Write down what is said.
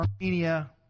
Armenia